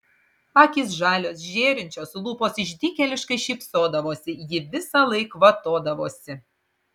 akys žalios žėrinčios lūpos išdykėliškai šypsodavosi ji visąlaik kvatodavosi